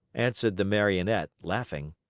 answered the marionette, laughing.